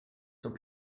sont